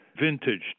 vintage